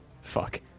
Fuck